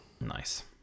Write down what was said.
Nice